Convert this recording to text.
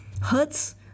hurts